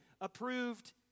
approved